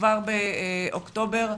כבר באוקטובר,